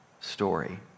story